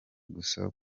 gusa